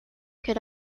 could